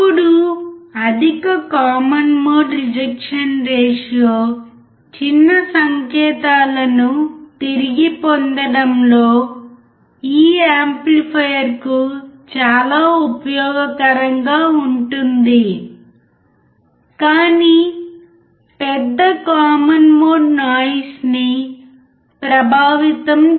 ఇప్పుడు అధిక common mode rejection ratio చిన్న సంకేతాలను తిరిగి పొందడంలో ఈ యాంప్లిఫైయర్ కు చాలా ఉపయోగకరంగా ఉంటుంది కాని పెద్ద కామన్ మోడ్ నాయిస్ ని ప్రభావితం చేస్తుంది